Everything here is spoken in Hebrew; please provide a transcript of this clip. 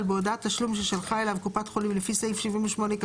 בהודעת תשלום ששלחה אליו קופת חולים לפי סעיף 78כז(ג),